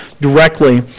directly